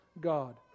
God